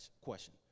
question